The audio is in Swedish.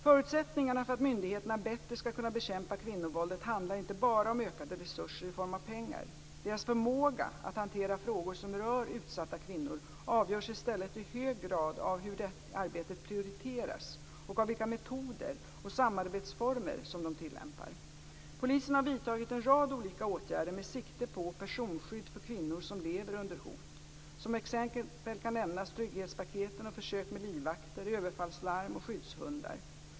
Förutsättningarna för att myndigheterna bättre skall kunna bekämpa kvinnovåldet handlar inte bara om ökade resurser i form av pengar. Myndigheternas förmåga att hantera frågor som rör utsatta kvinnor avgörs i stället i hög grad av hur detta arbete prioriteras och av vilka metoder och samarbetsformer som de tillämpar. Polisen har vidtagit en rad olika åtgärder med sikte på personskydd för kvinnor som lever under hot. Som exempel kan nämnas trygghetspaketen och försök med livvakter, överfallslarm och skyddshundar.